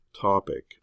topic